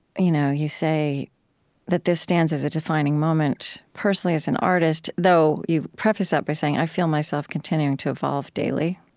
you know you say that this stands as a defining moment personally as an artist, though you preface that by saying, i feel myself continuing to evolve daily.